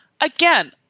Again